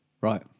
Right